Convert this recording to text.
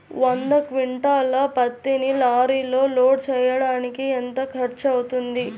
వంద క్వింటాళ్ల పత్తిని లారీలో లోడ్ చేయడానికి ఎంత ఖర్చవుతుంది?